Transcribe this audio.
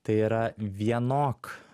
tai yra vienok